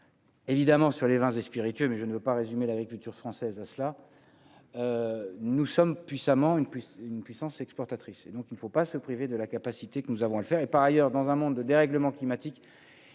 évidemment, sur les vins et spiritueux, mais je ne veux pas résumer l'agriculture française à cela, nous sommes puissamment une puissance, une puissance exportatrice et donc il ne faut pas se priver de la capacité que nous avons le fer et par ailleurs dans un monde de dérèglement climatique,